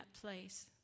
place